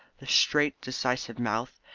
the straight decisive mouth,